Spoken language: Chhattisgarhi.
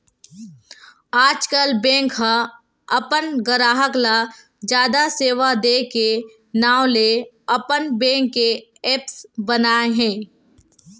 आजकल बेंक ह अपन गराहक ल जादा सेवा दे के नांव ले अपन बेंक के ऐप्स बनाए हे